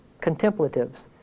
contemplatives